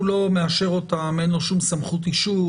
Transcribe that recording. הוא לא מאשר אותם, אין לו שום סמכות אישור.